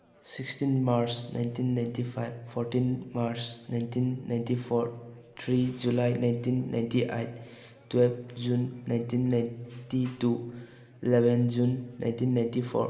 sixteen March nineteen ninety five fourteen March nineteen ninety four three July nineteen ninety eight twelve June nineteen ninety two eleven June nineteen ninety four